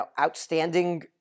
outstanding